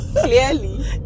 clearly